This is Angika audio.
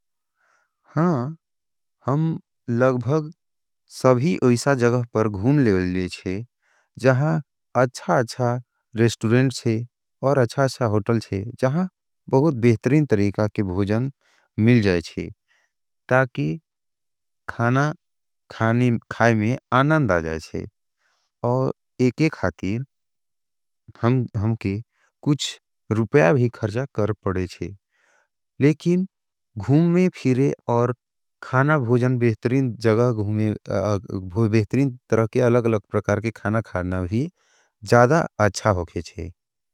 हम लगबग सभी ऐसा जगः पर घूम लेवल लेचे, जहां अच्छा-अच्छा रेस्टुरेंट छे और अच्छा-अच्छा होटल छे, जहां बहुत बेहतरीन तरीका के भोजन मिल जाएचे, ताकि खाना खाय में आनंद आजाएचे, और एके खाती हम के कुछ रुपया भी खरजा कर पड़ेशे, लेकिन घूम में फिरे और खाना भोजन बेहतरीन तरीका के अलग-अलग प्रकार के खाना खाड़ना भी जादा अच्छा होखेचे।